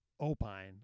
Opine